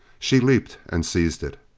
she leaped and seized it.